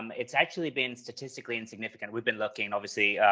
um it's actually been statistically insignificant. we've been looking obviously,